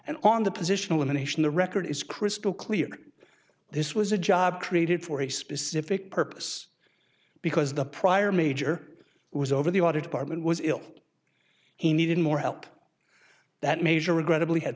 and on the position of the nation the record is crystal clear this was a job created for a specific purpose because the prior major was over the audit department was ill he needed more help that measure regrettably had